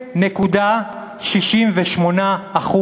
ו-0.68%,